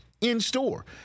in-store